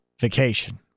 vacation